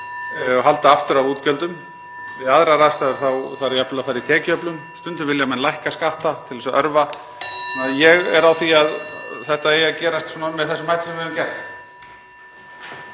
halda aftur af útgjöldum. Við aðrar aðstæður þarf jafnvel að fara í tekjuöflun. Stundum vilja menn lækka skatta til að örva. Ég er á því að þetta eigi að gerast með þeim hætti sem við höfum gert.